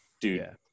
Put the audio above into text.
dude